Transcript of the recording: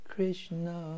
Krishna